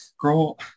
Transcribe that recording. girl